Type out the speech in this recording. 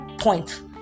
point